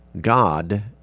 God